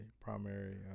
primary